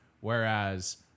whereas